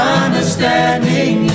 understanding